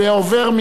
מי בעד?